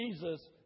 Jesus